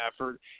effort